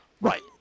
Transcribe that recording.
Right